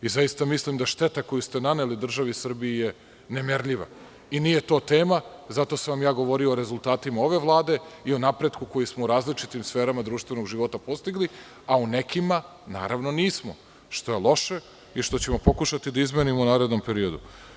Zaista mislim da šteta koju ste naneli državi Srbiji je nemerljiva i nije to tema, zato sam vam ja govorio o rezultatima ove vlade i o napretku koji smo u različitim sferama društvenog života postigli, a u nekima, naravno, nismo, što je loše i što ćemo pokušati da izmenimo u narednom periodu.